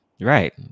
right